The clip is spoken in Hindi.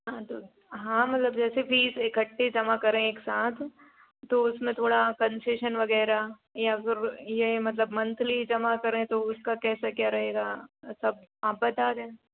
हाँ तो हाँ मतलब जैसे फीस इकठ्ठे जमा कर रहें एक साथ तो उसमें थोड़ा कंशेशन वगैरह या अगर ये मतलब मंथली जमा करें तो उसका कैसे क्या रहेगा वो सब आप बता दें